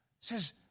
says